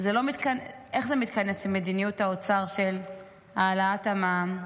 איך זה מתכנס עם מדיניות האוצר של העלאת המע"מ,